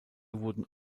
wurden